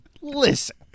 Listen